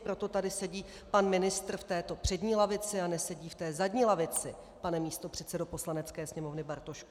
Proto tady sedí pan ministr v této přední lavici a nesedí v té zadní lavici, pane místopředsedo Poslanecké sněmovny Bartošku.